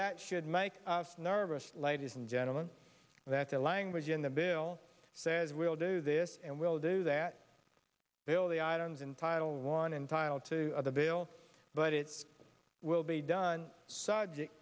that should make us nervous ladies and gentlemen that the language in the bill says we'll do this and we'll do that bill the items in title one and tile two the bill but it will be done subject